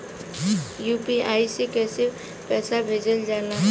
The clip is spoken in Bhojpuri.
यू.पी.आई से कइसे पैसा भेजल जाला?